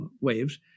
waves